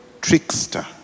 trickster